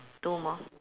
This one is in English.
two more